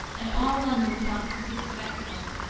and all london flocked to see the spectacle.